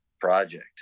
project